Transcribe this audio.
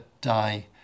die